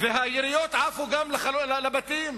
והיריות עפו גם לבתים,